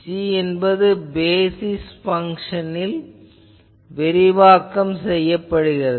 எனவே g என்பது basis பங்ஷனில் விரிவாக்கம் செய்யப்படுகிறது